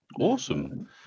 Awesome